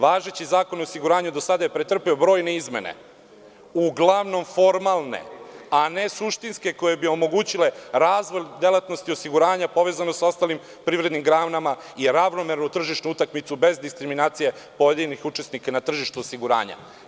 Važeći Zakon o osiguranju do sada je pretrpeo brojne izmene, uglavnom formalne, a ne suštinske koje bi omogućile razvoj delatnosti osiguranja povezano sa ostalim privrednim granama i ravnomernu tržišnu utakmicu bez diskriminacije pojedinih učesnika na tržištu osiguranja.